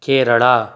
Kerala